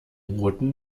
roten